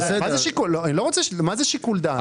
מה זה שיקול דעת?